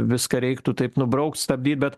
viską reiktų taip nubraukt stabdyt bet